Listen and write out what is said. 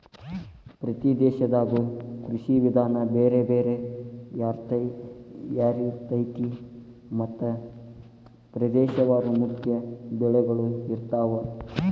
ಪ್ರತಿ ದೇಶದಾಗು ಕೃಷಿ ವಿಧಾನ ಬೇರೆ ಬೇರೆ ಯಾರಿರ್ತೈತಿ ಮತ್ತ ಪ್ರದೇಶವಾರು ಮುಖ್ಯ ಬೆಳಗಳು ಇರ್ತಾವ